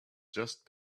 just